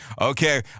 Okay